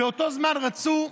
ובאותו זמן רצו,